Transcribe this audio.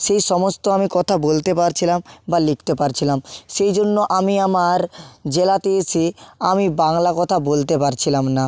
সেই সমস্ত আমি কথা বলতে পারছিলাম বা লিখতে পারছিলাম সেই জন্য আমি আমার জেলাতে এসে আমি বাংলা কথা বলতে পারছিলাম না